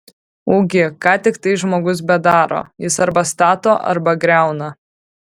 ugi ką tiktai žmogus bedaro jis arba stato arba griauna